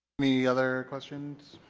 any other questions?